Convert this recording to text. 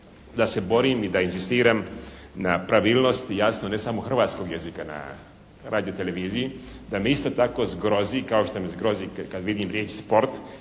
da se borim i da inzistiram na pravilnosti, jasno ne samo hrvatskog jezika na radioteleviziji, da me isto tako zgrozi kao što me zgrozi kad vidim riječ sport